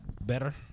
better